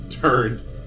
turned